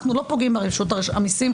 אנחנו לא פוגעים ברשות המסים.